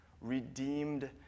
redeemed